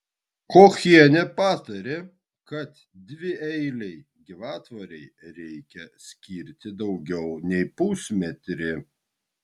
kochienė patarė kad dvieilei gyvatvorei reikia skirti daugiau nei pusmetrį